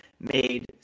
made